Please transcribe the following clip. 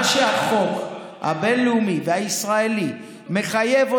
במה שהחוק הבין-לאומי והישראלי מחייבים